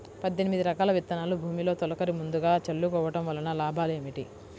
పద్దెనిమిది రకాల విత్తనాలు భూమిలో తొలకరి ముందుగా చల్లుకోవటం వలన లాభాలు ఏమిటి?